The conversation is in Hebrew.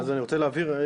אז אני רוצה להבהיר,